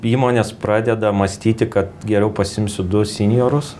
įmonės pradeda mąstyti kad geriau pasiimsiu du sinjorus